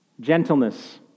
Gentleness